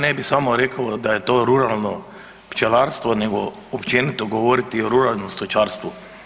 Pa ja ne bi samo rekao da je to ruralno pčelarstvo nego općenito govoriti o ruralnom stočarstvu.